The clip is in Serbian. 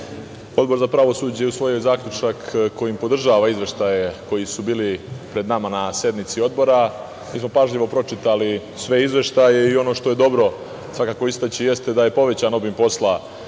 Odbor za pravosuđe usvojio je zaključak kojim podržava izveštaje koji su bili pred nama na sednici Odbora. Mi smo pažljivo pročitali sve izveštaje i ono što je dobro svakako istaći, jeste da je povećan obim posla